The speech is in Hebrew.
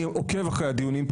אני עוקב אחר הדיונים,